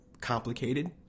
complicated